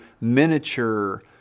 miniature